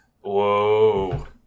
Whoa